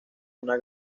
una